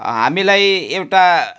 हामीलाई एउटा